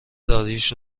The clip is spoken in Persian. داریوش